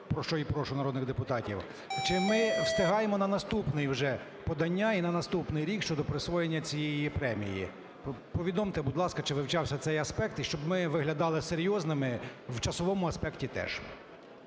про що і прошу народних депутатів, чи ми встигаємо на наступне вже подання і на наступний рік щодо присвоєння цієї премії? Повідомте, будь ласка, чи вивчався цей аспект, і щоб ми виглядали серйозними в часовому аспекті теж.